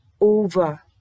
over